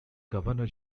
governor